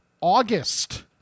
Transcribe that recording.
august